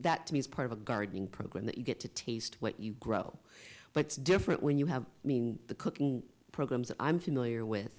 that to me is part of a gardening program that you get to taste what you grow but different when you have i mean the cooking programs i'm familiar with